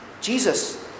Jesus